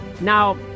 Now